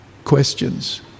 questions